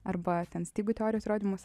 arba ten stygų teorijos įrodymus